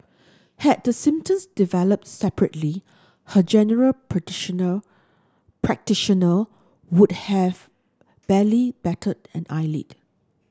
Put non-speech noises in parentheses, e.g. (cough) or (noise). had the symptoms develops separately her general (unintelligible) practitioner would have barely batted an eyelid